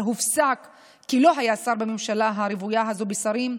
הופסק כי לא היה שר מהממשלה הרוויה הזו בשרים.